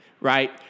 Right